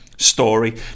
Story